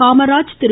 Kamaraj Thiru